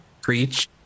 preach